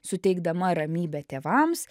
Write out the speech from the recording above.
suteikdama ramybę tėvams